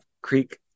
Creek